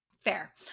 Fair